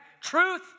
truth